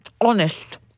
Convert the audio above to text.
Honest